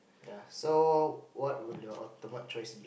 so what would your ultimate choice be